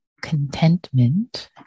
contentment